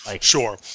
sure